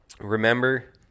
remember